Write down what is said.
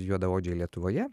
juodaodžiai lietuvoje